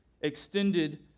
extended